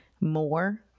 more